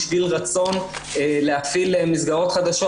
בשביל רצון להפעיל מסגרות חדשות.